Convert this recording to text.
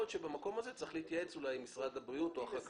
יכול להיות שבמקום הזה צריך להתייעץ אולי עם משרד הבריאות או החקלאות.